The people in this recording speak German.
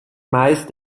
meist